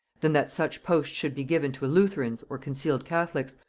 than that such posts should be given to lutherans or concealed catholics,